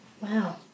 Wow